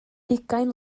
ugain